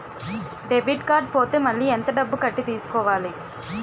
Debit card పోతే మళ్ళీ ఎంత డబ్బు కట్టి తీసుకోవాలి?